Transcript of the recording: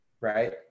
right